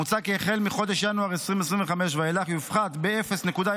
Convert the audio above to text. מוצע כי החל מחודש ינואר 2025 ואילך יופחת ב-0.005%